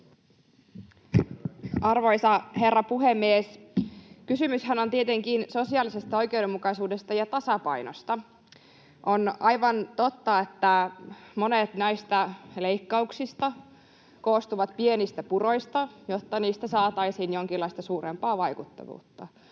Arvoisa herra puhemies! Kysymyshän on tietenkin sosiaalisesta oikeudenmukaisuudesta ja tasapainosta. On aivan totta, että monet näistä leikkauksista koostuvat pienistä puroista, jotta niistä saataisiin jonkinlaista suurempaa vaikuttavuutta,